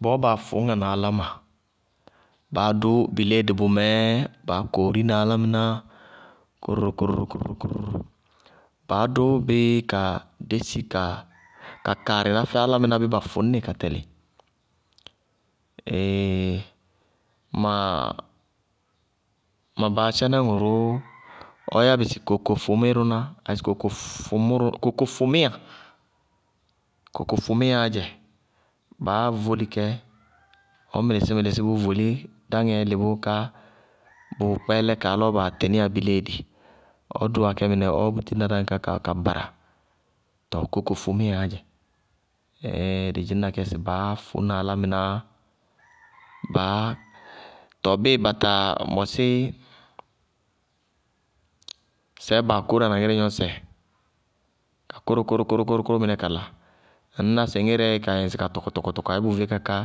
Bɔɔ baa fʋñŋana áláma, baá dʋ biléedi bʋmɛɛ baá koorína álámɩná kororo-kororo-kororo, baá dʋ bɩ ka dési ka kaarɩná fɛ álámɩná bíɩ ba fʋñnɩ ka tɛlɩ. ma baátchɛnɛ ŋʋrʋʋ ɔɔ yá bɩ sɩ kokofʋmírʋná, kokofʋmíya. Kokofʋmíyaá dzɛ, baá vóli kɛ, ɔɔ mɩnísí-mɩlɩsɩ, bʋʋ vóli, dáŋɛɛ lɩ bʋʋká bʋ kpɛɛlɛ kaá lɔɔ baa dʋwá biléedi, ɔ dʋwá kɛ mɩnɛ ɔɔ bútina dáŋ ká ka bara tɔɔ kokofʋmíyaá dzɛ, dɩ dzɩñna kɛ sɩ baá fʋñna álámɩná, baá tɔɔ bíɩ ba taa mɔsí sɛɛ baa kórówána ŋirɛgnɔñsɛ ka kóró kóró kóró mɩnɛ kala, ŋñná sɩ ŋírɛɛ kaa yɛ tɔkɔtɔkɔtɔkɔ ayéé bʋʋ vé ka-ká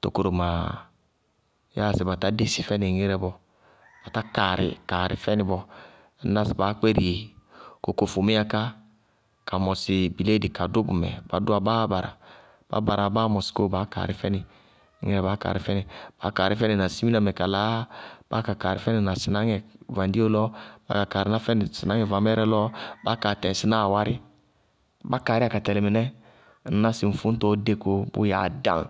tokoromaa, yáa sɩ ba tá dési fɛnɩ ŋ ŋírɛ bɔɔ, batá kaarɩ kaarɩ fɛnɩ bɔɔ, ŋñná sɩ baá kpéri kokofʋmíya ká ka mɔsɩ biléedi ka dʋ bʋmɛ, bá dʋwá báá bara bá baráa báá mɔsɩ kóo baá kaarí fɛnɩ, baá kaarí fɛnɩ ŋ ŋírɛ, baá kaarí fɛnɩ na siminamɛ ka laá, báá kaa kaarɩ fɛnɩ ma sɩnáŋɛ na vaŋɖío lɔ, báá kaa kaarɩ ná fɛnɩ na vamɛɛrɛ lɔ, báá kaa kaarɩ ná fɛnɩ na awárí, bá kasríyá ka tɛlɩ mɩnɛ, ŋñná sɩ ŋ fʋñtɔɔ dé kóo, bʋʋ yɛ adaŋ.